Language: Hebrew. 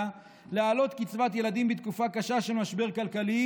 להעלות את קצבת הילדים בתקופה קשה של משבר כלכלי